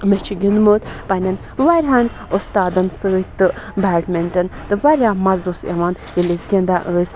مےٚ چھِ گِنٛدمُت پنٛنٮ۪ن واریاہَن اُستادَن سۭتۍ تہٕ بیڈمِنٹَن تہٕ واریاہ مَزٕ اوس یِوان ییٚلہِ أسۍ گِنٛدان ٲسۍ